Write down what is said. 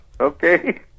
Okay